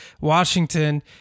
Washington